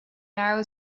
narrow